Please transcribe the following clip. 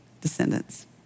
descendants